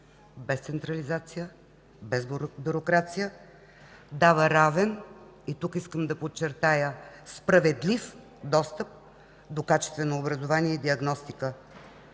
без централизация, без бюрокрация, дава равен – и тук искам да подчертая – справедлив достъп до качествено образование и диагностика.